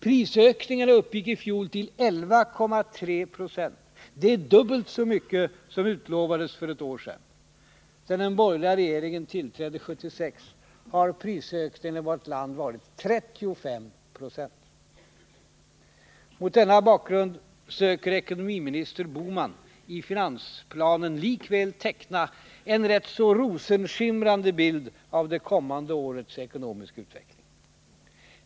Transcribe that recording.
Prisökningarna uppgick förra året till 11,3 26. Det är dubbelt så mycket som utlovades för ett år sedan. Sedan den borgerliga regeringen tillträdde 1976 har prisökningarna i vårt land varit 35 96. Mot denna bakgrund söker ekonomiminister Bohman i finansplanen likväl teckna en rätt så rosenskimrande bild av det kommande årets ekonomiska utveckling.